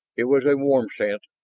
it was a warm scent,